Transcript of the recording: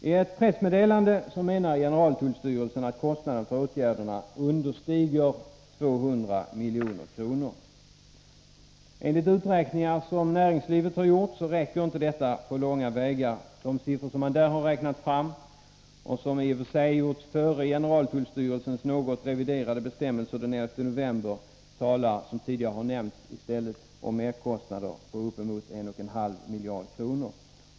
I ett pressmeddelande menar generaltullstyrelsen att kostnaderna för åtgärderna understiger 200 milj.kr. Enligt uträkningar som näringslivet har gjort räcker inte detta på långa vägar. De siffror som man där har räknat fram — vilket i och för sig gjorts före generaltullstyrelsens något reviderade bestämmelser den 11 november — tyder i stället, som tidigare har nämnts, på merkostnader på uppemot en och en halv miljard kronor.